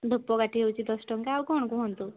ଧୂପକାଠି ହେଉଛି ଦଶଟଙ୍କା ଆଉ କ'ଣ କୁହନ୍ତୁ